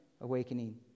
awakening